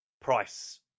price